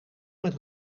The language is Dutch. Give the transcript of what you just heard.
met